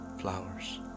flowers